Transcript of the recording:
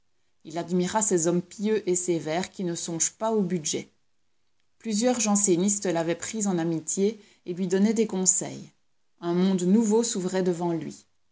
il admira ces hommes pieux et sévères qui ne songent pas au budget plusieurs jansénistes l'avaient pris en amitié et lui donnaient des conseils un monde nouveau s'ouvrait devant lui